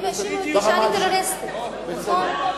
הם האשימו אותי שאני טרוריסטית, נכון?